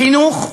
חינוך,